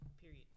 Period